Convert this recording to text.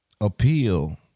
appeal